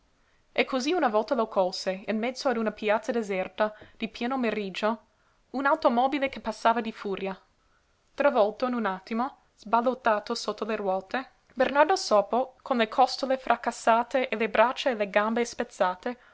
e cosí una volta lo colse in mezzo a una piazza deserta di pieno meriggio un'automobile che passava di furia travolto in un attimo sballottato sotto le ruote bernardo sopo con le costole fracassate e le braccia e le gambe spezzate